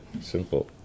Simple